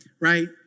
right